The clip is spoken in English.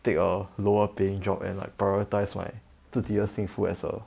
take a lower paying job and like prioritise my 自己的幸福 as a